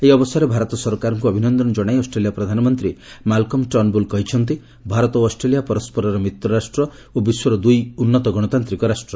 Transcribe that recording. ଏହି ଅବସରରେ ଭାରତ ସରକାରଙ୍କ ଅଭିନନ୍ଦନ ଜଣାଇ ଅଷ୍ଟ୍ରେଲିୟା ପ୍ରଧାନମନ୍ତ୍ରୀ ମାଲ୍କମ୍ ଟର୍ଷବ୍ରଲ୍ କହିଛନ୍ତି ଭାରତ ଓ ଅକ୍ଷଷ୍ଟ୍ରଲିୟା ପରସ୍କରର ମିତ୍ର ରାଷ୍ଟ୍ର ଓ ବିଶ୍ୱର ଦୂଇ ଉନ୍ତ ଗଣତାନ୍ତିକ ରାଷ୍ଟ୍ର